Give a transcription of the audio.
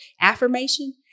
affirmation